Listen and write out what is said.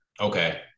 Okay